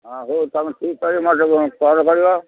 ହଁ ହଉ ତୁମେ ଠିକ୍ କରିକି ମୋତେ କଲ୍ କରିବ